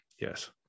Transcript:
Yes